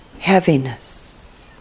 Heaviness